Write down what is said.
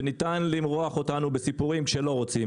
וניתן למרוח אותנו בסיפורים כשלא רוצים.